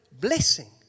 blessing